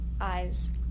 eyes